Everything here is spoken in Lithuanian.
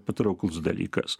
patrauklus dalykas